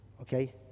Okay